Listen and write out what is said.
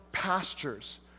Pastures